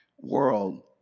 world